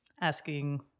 asking